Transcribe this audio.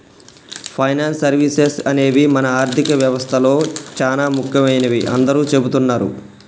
finance services అనేవి మన ఆర్థిక వ్యవస్తలో చానా ముఖ్యమైనవని అందరూ చెబుతున్నరు